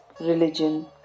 religion